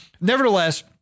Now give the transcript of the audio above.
nevertheless